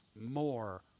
more